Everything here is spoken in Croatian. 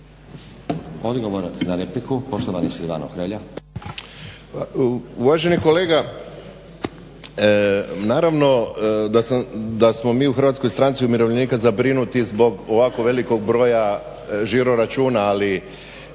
Uvaženi kolega naravno da smo mi u HSU-u zabrinuti zbog ovako velikog broja žiro-računa ali